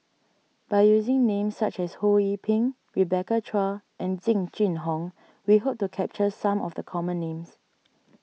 by using names such as Ho Yee Ping Rebecca Chua and Jing Jun Hong we hope to capture some of the common names